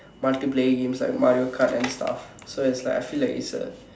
multiplayer games like Mario-kart and stuff so is like I feel like it's a